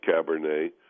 Cabernet